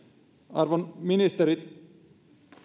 arvon ministerit